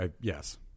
Yes